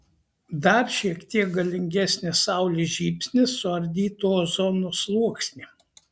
dar šiek tiek galingesnis saulės žybsnis suardytų ozono sluoksnį